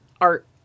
art